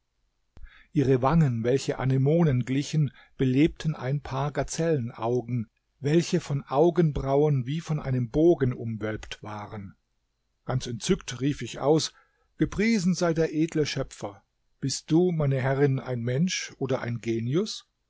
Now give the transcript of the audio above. ihre wangen welche anemonen glichen belebten ein paar gazellenaugen welche von augenbrauen wie von einem bogen umwölbt waren ganz entzückt rief ich aus gepriesen sei der edle schöpfer bist du meine herrin ein mensch oder ein genius